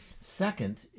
Second